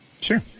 Sure